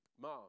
Mom